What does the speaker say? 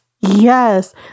yes